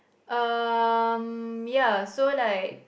um ya so like